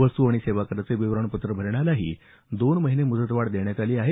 वस्तू आणि सेवा कराचं विवरण पत्र भरण्यालाही दोन महिने मुदतवाढ देण्यात आली आहे